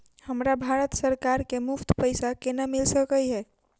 हमरा भारत सरकार सँ मुफ्त पैसा केना मिल सकै है?